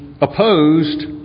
opposed